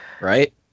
right